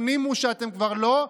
תפנימו שאתם כבר לא,